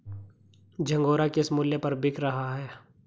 झंगोरा किस मूल्य पर बिक रहा है?